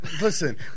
Listen